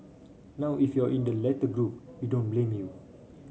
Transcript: now if you're in the latter group we don't blame you